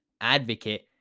advocate